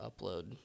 upload